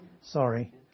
Sorry